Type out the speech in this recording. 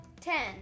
Ten